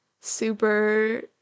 super